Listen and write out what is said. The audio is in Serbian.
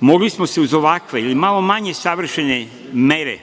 Mogli smo se uz ovakve ili malo manje savršene mere